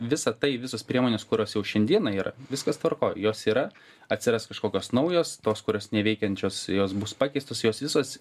visa tai visos priemonės kurios jau šiandieną yra viskas tvarkoj jos yra atsiras kažkokios naujos tos kurios neveikiančios jos bus pakeistos jos visos